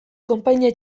konpainia